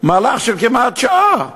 מהלך כמעט שעה.